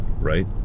right